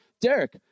Derek